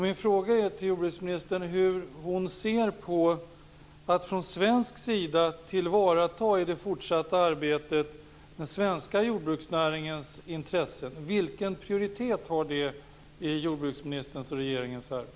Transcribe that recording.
Min fråga till jordbruksministern gäller hur hon ser på att från svensk sida i det fortsatta arbetet tillvarata den svenska jordbruksnäringens intressen. Vilken prioritet har det i jordbruksministerns och regeringens arbete?